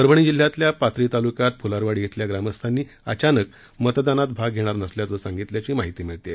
परभणी जिल्ह्यातल्या पाथरी तालुक्यातल्या फुलारवाडी इथल्या ग्रामस्थांनी अचानक मतदानात भाग घेणार नसल्याचं सांगितल्याची माहिती मिळत आहे